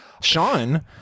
Sean